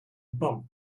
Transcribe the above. bump